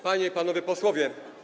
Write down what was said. Panie i Panowie Posłowie!